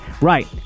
Right